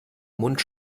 mund